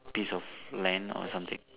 piece of land or something